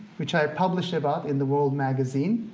which i published about in the world magazine,